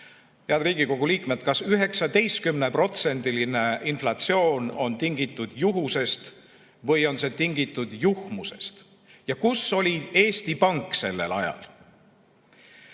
Head Riigikogu liikmed! Kas 19%‑line inflatsioon on tingitud juhusest või on see tingitud juhmusest ja kus oli Eesti Pank sellel ajal?